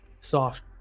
soft